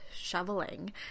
shoveling